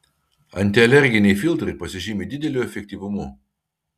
antialerginiai filtrai pasižymi dideliu efektyvumu